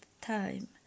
time